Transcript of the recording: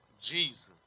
Jesus